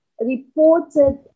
reported